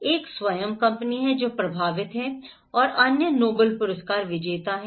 एक स्वयं कंपनी है जो प्रभावित थे और अन्य नोबेल पुरस्कार विजेता हैं